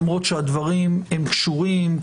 למרות שהדברים הם קשורים,